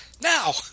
Now